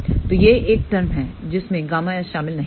तो यह एक टर्म है जिसमें Γs शामिल नहीं है